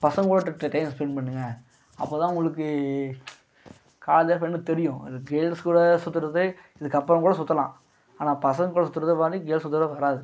பசங்களோட time spend பண்ணுங்க அப்போதான் உங்களுக்கு காலேஜ் லைஃப் என்னென்னு தெரியும் கேர்ள்ஸ் கூட சுற்றுறது இதுக்கப்புறம் கூட சுற்றலாம் ஆனால் பசங்க கூட சுற்றுறது காட்டி கேர்ள்ஸை சுற்றுறது வராது